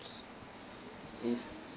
s~ it's